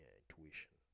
intuition